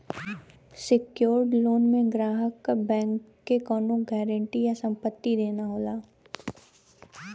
secured loan में ग्राहक क बैंक के कउनो गारंटी या संपत्ति देना होला